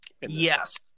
Yes